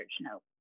note